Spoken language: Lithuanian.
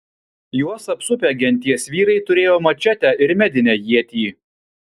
juos apsupę genties vyrai turėjo mačetę ir medinę ietį